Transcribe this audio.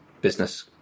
business